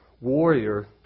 warrior